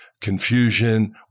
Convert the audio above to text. confusion